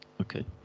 okay